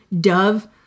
Dove